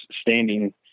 standing